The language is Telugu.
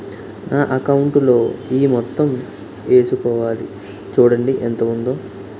నా అకౌంటులో ఈ మొత్తం ఏసుకోవాలి చూడండి ఎంత ఉందో